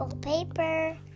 paper